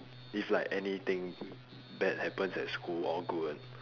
if like anything bad happens at school or good